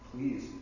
Please